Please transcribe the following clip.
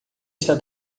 está